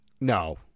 No